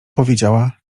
powiedziała